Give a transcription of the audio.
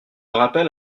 rappelle